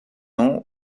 nom